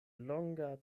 longa